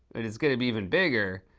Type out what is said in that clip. and it's gonna be even bigger,